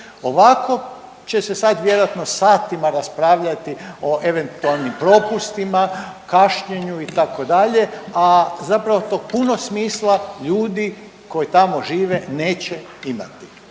Ovako će se sad vjerojatno satima raspravljati o eventualnim propustima, kašnjenju, itd., a zapravo tog punog smisla ljudi koji tamo žive neće imati.